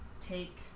take